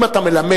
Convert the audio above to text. אם אתה מלמד,